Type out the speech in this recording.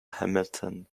hamilton